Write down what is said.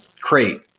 crate